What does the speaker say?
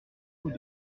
pot